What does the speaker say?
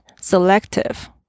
Selective